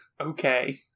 Okay